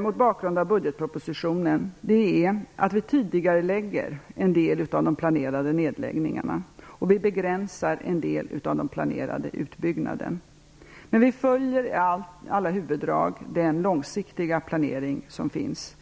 mot bakgrund av budgetpropositionen är att vi tidigarelägger en del av de planerade nedläggningarna och vi begränsar en del av de planerade utbyggnaderna. Men vi följer i alla huvuddrag den långsiktiga planering som finns.